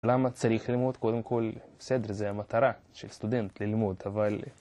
למה צריך ללמוד? קודם כל, בסדר, זה המטרה, של סטודנט, ללמוד, אבל...